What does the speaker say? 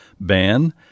ban